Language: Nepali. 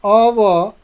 अब